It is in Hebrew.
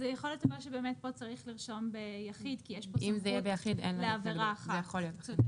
יכול להיות שפה צריך לרשום ביחיד כי יש פה סמכות לעבירה אחת.